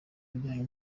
bijyanye